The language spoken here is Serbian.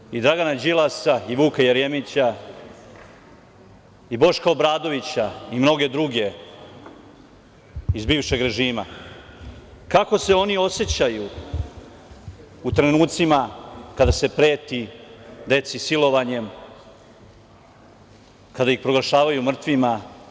Pitao bih Dragana Đilasa, Vuka Jeremića, Boška Obradovića i mnoge druge iz bivšeg režima, kako se oni osećaju u trenucima kada se preti deci silovanjem, kada ih proglašavaju mrtvima?